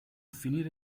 finire